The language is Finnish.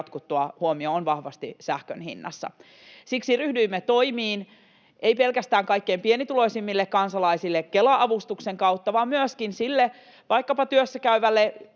jatkuttua huomio on vahvasti sähkön hinnassa. Siksi ryhdyimme toimiin ei pelkästään kaikkein pienituloisimmille kansalaisille Kela-avustuksen kautta vaan myöskin sille vaikkapa työssäkäyvälle